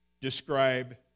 describe